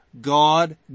God